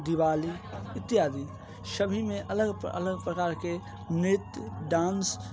दिवाली इत्यादि सभी में अलग अलग प्रकार के नृत्य डांस